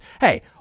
hey